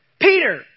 Peter